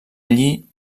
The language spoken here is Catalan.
allí